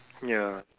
ya